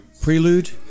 Prelude